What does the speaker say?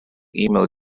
email